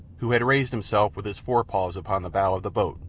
who had raised himself with his forepaws upon the bow of the boat,